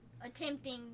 attempting